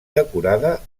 decorada